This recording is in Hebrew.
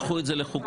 קחו את זה לחוקה.